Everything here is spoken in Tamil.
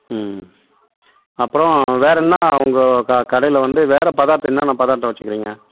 ம் அப்புறம் வேற என்ன உங்கள் க கடையில் வந்து வேற பதார்த்தம் என்னென்ன பதார்த்தம் வச்சிக்குறீங்கள்